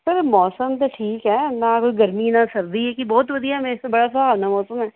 sir ਮੌਸਮ ਤਾਂ ਠੀਕ ਹੈ ਨਾ ਕੋਈ ਗਰਮੀ ਨਾ ਸਰਦੀ ਕਿ ਬਹੁਤ ਵਧੀਆ ਬੜਾ ਸੁਹਾਵਣਾ ਮੌਸਮ ਹੈ